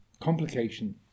complication